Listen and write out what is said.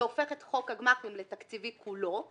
זה הופך את חוק הגמ"חים לתקציבי כולו.